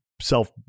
self